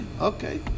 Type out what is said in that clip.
Okay